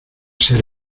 ser